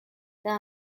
there